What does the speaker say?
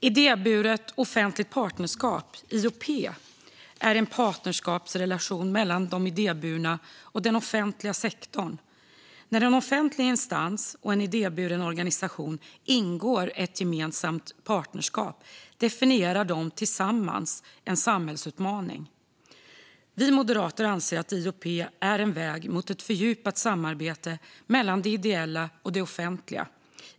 Idéburet offentligt partnerskap, IOP, är en partnerskapsrelation mellan den idéburna och den offentliga sektorn. När en offentlig instans och en idéburen organisation ingår ett partnerskap definierar de tillsammans en samhällsutmaning. Moderaterna anser att IOP är en väg mot ett fördjupat samarbete mellan det ideella och det offentliga.